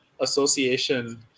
association